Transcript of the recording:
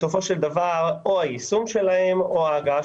בסופו של דבר או היישום שלהן או ההגעה